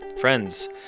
Friends